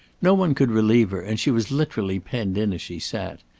no one could relieve her, and she was literally penned in as she sat.